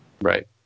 right